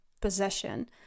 possession